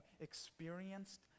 experienced